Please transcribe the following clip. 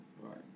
Right